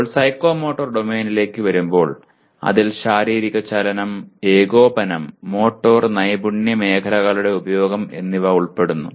ഇപ്പോൾ സൈക്കോമോട്ടർ ഡൊമെയ്നിലേക്ക് വരുമ്പോൾ അതിൽ ശാരീരിക ചലനം ഏകോപനം മോട്ടോർ നൈപുണ്യ മേഖലകളുടെ ഉപയോഗം എന്നിവ ഉൾപ്പെടുന്നു